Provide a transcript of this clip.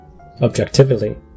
objectively